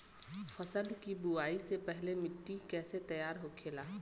फसल की बुवाई से पहले मिट्टी की कैसे तैयार होखेला?